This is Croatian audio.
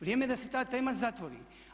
Vrijeme je da se ta tema zatvori.